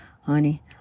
honey